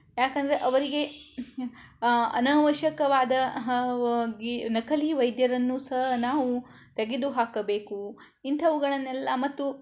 ಯಾಕಂದರೆ ಅವರಿಗೆ ಅನವಶ್ಯಕವಾದ ವಾಗಿ ನಕಲಿ ವೈದ್ಯರನ್ನು ಸಹ ನಾವು ತೆಗೆದು ಹಾಕಬೇಕು ಇಂಥವುಗಳನ್ನೆಲ್ಲ ಮತ್ತು